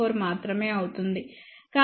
04 మాత్రమే అవుతుంది